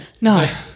No